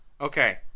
Okay